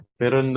pero